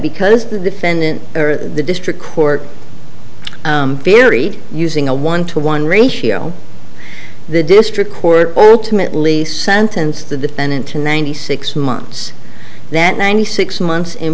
because the defendant or the district court beery using a one to one ratio the district court to me at least sentenced the defendant to ninety six months that ninety six months in